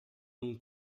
non